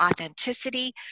authenticity